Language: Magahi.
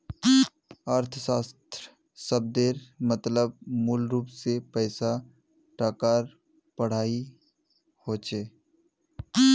अर्थशाश्त्र शब्देर मतलब मूलरूप से पैसा टकार पढ़ाई होचे